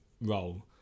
role